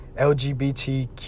lgbtq